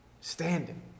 Standing